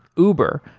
uber,